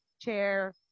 chair